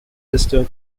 western